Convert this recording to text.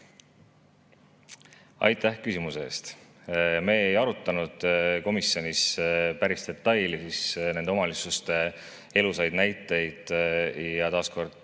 Aitäh küsimuse eest! Me ei arutanud komisjonis päris detailides nende omavalitsuste elulisi näiteid ja neid